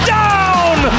down